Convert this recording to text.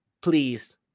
please